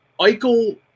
Eichel